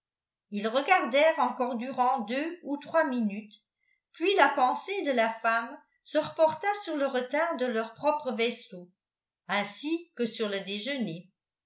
ils regardèrent encore durant deux ou trois minutes puis la pensée de la femme se reporta sur le retard de leur propre vaisseau ainsi que sur le déjeuner